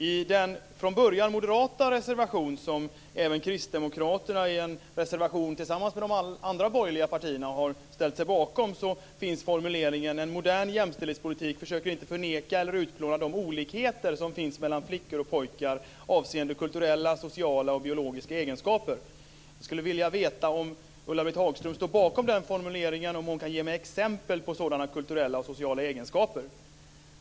I den från början moderata reservation som även kristdemokraterna tillsammans med de andra borgerliga partierna har ställt sig bakom finns formuleringen: En modern jämställdhetspolitik försöker inte förneka eller utplåna de olikheter som finns mellan flickor och pojkar avseende kulturella, sociala och biologiska egenskaper. Jag skulle vilja veta om Ulla-Britt Hagström står bakom den formuleringen och om hon kan ge mig exempel på sådana kulturella och sociala egenskaper.